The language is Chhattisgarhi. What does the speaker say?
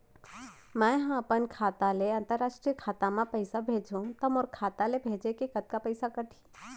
मै ह अपन खाता ले, अंतरराष्ट्रीय खाता मा पइसा भेजहु त मोर खाता ले, भेजे के कतका पइसा कटही?